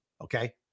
Okay